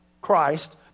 Christ